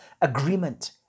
agreement